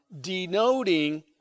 denoting